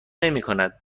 نمیکند